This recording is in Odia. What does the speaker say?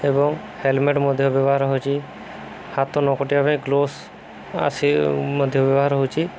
ଏବଂ ହେଲମେଟ୍ ମଧ୍ୟ ବ୍ୟବହାର ହଉଛି ହାତ ନକଟିବା ପାଇଁ ଗ୍ଲୋଭସ୍ ଆସି ମଧ୍ୟ ବ୍ୟବହାର ହଉଛି